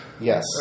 Yes